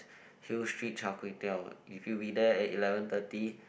Hill Street Char-Kway-Teow if you be there at eleven thirty